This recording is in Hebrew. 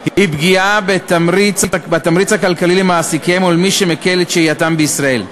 הוא פגיעה בתמריץ הכלכלי למעסיקיהם ולמי שמקל את שהייתם בישראל.